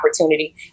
opportunity